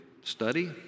study